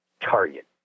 Target